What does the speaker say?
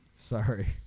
Sorry